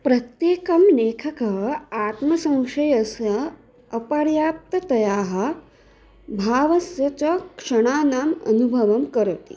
प्रत्येकं लेखकः आत्मसंशयस्य अपर्याप्ततया भावस्य च क्षणानाम् अनुभवं करोति